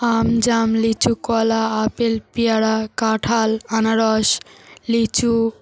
আম জাম লিচু কলা আপেল পেয়ারা কাঁঠাল আনারস লিচু